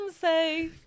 say